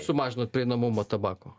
sumažinot prieinamumą tabako